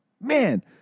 Man